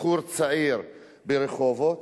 בחור צעיר ברחובות